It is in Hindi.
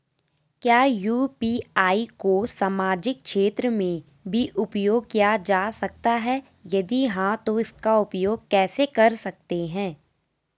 क्या यु.पी.आई को सामाजिक क्षेत्र में भी उपयोग किया जा सकता है यदि हाँ तो इसका उपयोग कैसे कर सकते हैं?